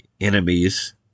enemies